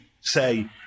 say